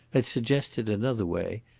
had suggested another way,